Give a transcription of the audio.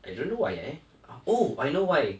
I don't know why eh oh I know why